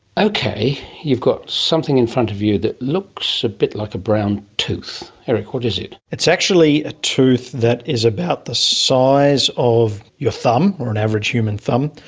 okay, you've got something in front of you that looks a bit like a brown tooth. erich, what is it? it's actually a tooth that is about the size of your thumb or an average human thumb,